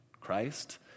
Christ